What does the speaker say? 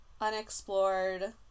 unexplored